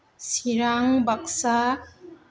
Chirang Baksa